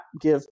give